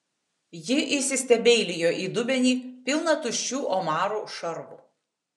ji įsistebeilijo į dubenį pilną tuščių omarų šarvų